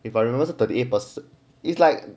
if I remember to thirty eight percent it's like